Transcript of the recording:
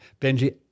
Benji